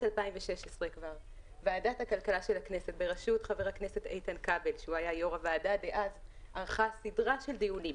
2016 כבר ועדת הכלכלה של הכנסת בראשות ח"כ איתן כבל ערכה סדרת דיונים,